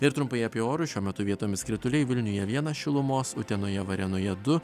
ir trumpai apie orus šiuo metu vietomis krituliai vilniuje vienas šilumos utenoje varėnoje du